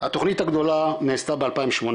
התוכנית הגדולה נעשתה ב-2018,